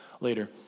later